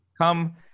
come